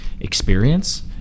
experience